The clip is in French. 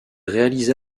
réalisa